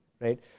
right